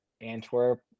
antwerp